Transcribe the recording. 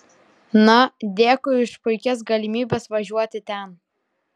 na dėkui už puikias galimybės važiuoti ten